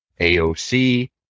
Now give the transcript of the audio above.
AOC